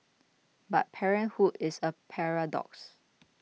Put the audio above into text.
but parenthood is a paradox